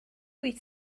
wyt